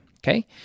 Okay